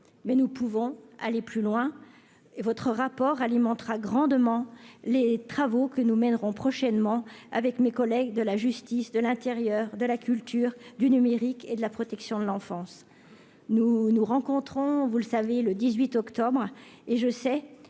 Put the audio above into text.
mais nous pouvons aller plus loin et votre rapport alimentera grandement les travaux que nous mènerons prochainement avec mes collègues de la justice, de l'intérieur de la culture du numérique et de la protection de l'enfance, nous nous rencontrons, vous le savez, le 18 octobre et je sais